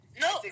No